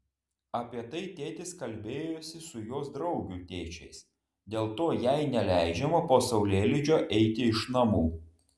apie tai tėtis kalbėjosi su jos draugių tėčiais dėl to jai neleidžiama po saulėlydžio eiti iš namų